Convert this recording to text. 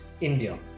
India